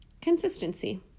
Consistency